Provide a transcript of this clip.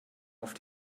auf